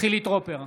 חילי טרופר,